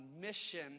mission